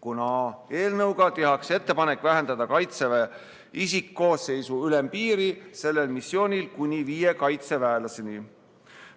kuna tehakse ettepanek vähendada Kaitseväe isikkoosseisu ülempiiri sellel missioonil kuni viie kaitseväelaseni.